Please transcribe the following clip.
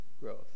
growth